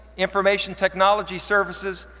information technology services,